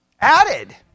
Added